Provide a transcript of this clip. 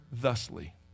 thusly